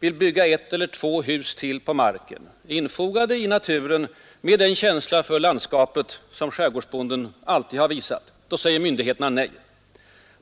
vill bygga ett eller två hus till på marken, infogade i naturen med den känsla för landskapet som skärgårdsbonden alltid har visat, då säger myndigheterna nej.